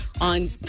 on